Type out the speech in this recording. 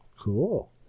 Cool